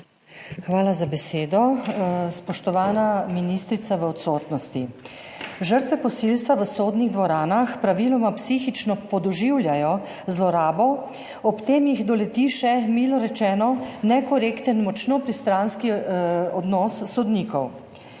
Hvala za besedo. Spoštovana ministrica v odsotnosti, žrtve posilstva v sodnih dvoranah praviloma psihično podoživljajo zlorabo, ob tem jih doleti še, milo rečeno, nekorekten, močno pristranski odnos sodnikov.